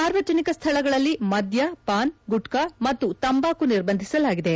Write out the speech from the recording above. ಸಾರ್ವಜನಿಕ ಸ್ಥಳಗಳಲ್ಲಿ ಮದ್ಯ ಪಾನ್ ಗುಟ್ನಾ ಮತ್ತು ತಂಬಾಕು ನಿರ್ಬಂಧಿಸಲಾಗಿದೆ